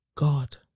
God